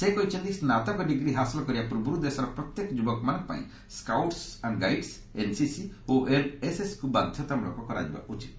ସେ କହିଛନ୍ତି ସ୍ନାତକ ଡିଗ୍ରୀ ହାସଲ କରିବା ପୂର୍ବରୁ ଦେଶର ପ୍ରତ୍ୟେକ ଯୁବକମାନଙ୍କ ପାଇଁ ସ୍କାଉଟ୍ସ ଆଣ୍ଡ ଗାଇଡ୍୍ ଏନ୍ସିସି ଓ ଏନ୍ଏସ୍ଏସ୍କୁ ବାଧ୍ୟତାମଳକ କରାଯିବା ଉଚିତ୍